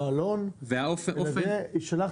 ולא עלון, אלא "יישלח